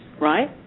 right